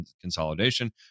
consolidation